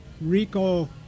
Rico